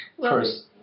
first